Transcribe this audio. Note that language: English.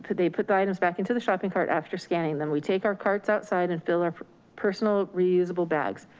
they put the items back into the shopping cart. after scanning them, we take our carts outside and fill our personal reusable bags.